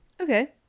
okay